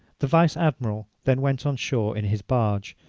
the vice-admiral then went on shore in his barge,